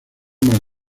más